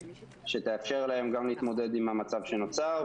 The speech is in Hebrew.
שתאפשר להם גם להתמודד עם המצב שנוצר,